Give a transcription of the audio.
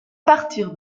partir